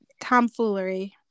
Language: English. tomfoolery